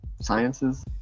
sciences